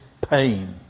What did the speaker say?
pain